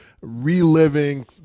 reliving